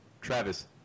Travis